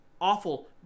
Awful